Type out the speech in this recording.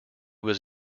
was